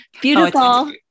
beautiful